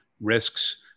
risks